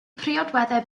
priodweddau